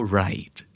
right